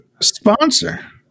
sponsor